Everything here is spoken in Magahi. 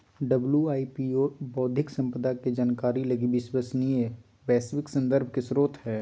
डब्ल्यू.आई.पी.ओ बौद्धिक संपदा के जानकारी लगी विश्वसनीय वैश्विक संदर्भ के स्रोत हइ